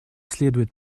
следует